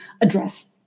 address